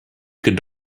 could